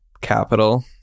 capital